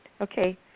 Okay